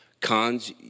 Cons